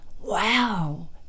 wow